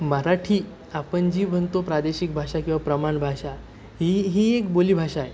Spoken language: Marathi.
मराठी आपण जी म्हणतो प्रादेशिक भाषा किंवा प्रमाण भाषा ही ही एक बोलीभाषा आहे